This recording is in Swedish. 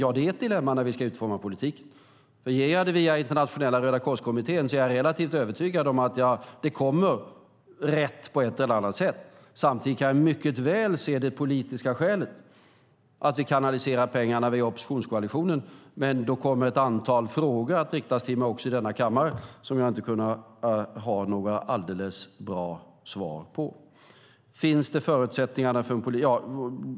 Ja, det är ett dilemma när vi ska utforma politiken. Om vi ger pengarna via Internationella Rödakorskommittén är jag relativt övertygad om att pengarna kommer rätt på ett eller annat sätt. Samtidigt kan jag mycket väl se det politiska skälet till att vi kanaliserar pengarna via oppositionskoalitionen, men då kommer ett antal frågor att riktas till mig i denna kammare som jag inte kommer att ha några alldeles bra svar på. Finns förutsättningarna?